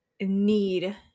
need